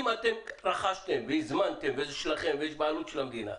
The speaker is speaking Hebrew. אם אתם רכשתם והזמנתם וזה שלכם ויש בעלות של המדינה,